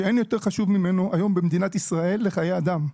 שאין יותר חשוב ממנו היום במדינת ישראל היום לחיי אדם.